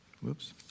Whoops